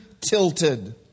tilted